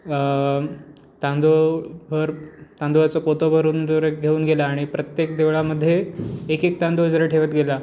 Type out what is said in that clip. तांदूळ भर तांदळाचं पोतं भरून जर घेऊन गेला आणि प्रत्येक देवळामध्ये एक एक तांदूळ जरी ठेवत गेला